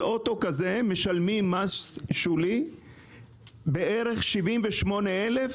משלמים מס שולי בערך 78,000 ₪,